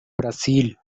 brasil